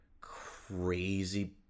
crazy